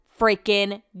freaking